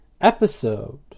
episode